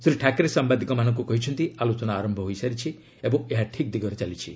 ଶ୍ରୀ ଠାକ୍ରେ ସାମ୍ଭାଦିକମାନଙ୍କୁ କହିଛନ୍ତି ଆଲୋଚନା ଆରମ୍ଭ ହୋଇସାରିଛି ଓ ଏହା ଠିକ୍ ଦିଗରେ ଚାଲିଛି